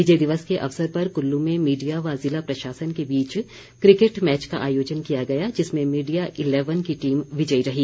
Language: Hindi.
विजय दिवस के अवसर पर कल्लू में मीडिया व ज़िला प्रशासन के बीच क्रिकेट मैच का आयोजन किया गया जिसमें मीडिया इलेवन की टीम विजयी रही